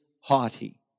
haughty